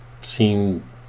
seem